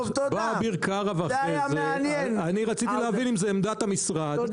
אני רציתי להבין אם זה עמדת המשרד.